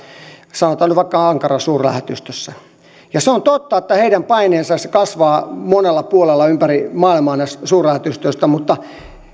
sanotaan nyt vaikka ankaran suurlähetystössä se on totta että paineet kasvavat monella puolella ympäri maailmaa suurlähetystöissä mutta